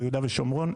ביהודה ושומרון,